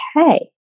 okay